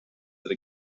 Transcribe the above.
that